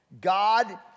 God